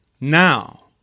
Now